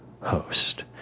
host